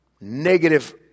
negative